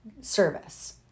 service